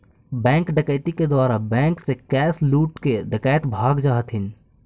bank डकैती के द्वारा बैंक से कैश लूटके डकैत भाग जा हथिन